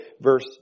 verse